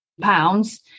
pounds